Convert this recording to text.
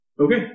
Okay